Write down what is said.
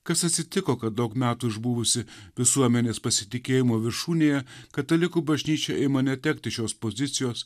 kas atsitiko kad daug metų išbuvusi visuomenės pasitikėjimo viršūnėje katalikų bažnyčia ima netekti šios pozicijos